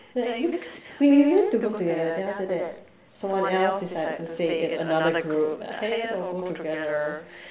like because we we want to go together then after that someone else decided to say in another group like !hey! let's all go together